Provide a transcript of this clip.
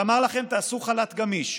אמרו לכם: תעשו חל"ת גמיש,